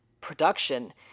production